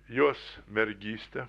jos mergystę